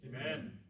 Amen